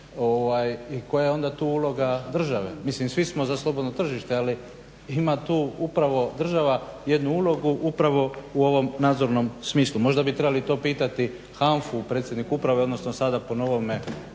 i koja je onda tu uloga države. Mislim svi smo za slobodno tržište ali ima tu upravo država jednu ulogu upravo u ovom nadzornom smislu, možda bi to trebali pitati HANFA-u odnosno predsjednik uprave odnosno sada po novome